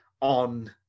on